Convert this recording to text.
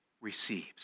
receives